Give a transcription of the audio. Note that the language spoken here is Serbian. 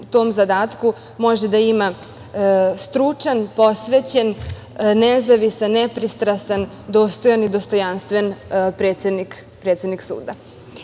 može da ima stručan, posvećen, nezavistan, nepristrastan, dostojan i dostojanstven predsednik suda